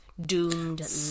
doomed